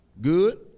good